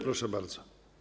Proszę bardzo.